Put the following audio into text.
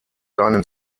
seinen